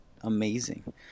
amazing